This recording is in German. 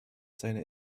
seiner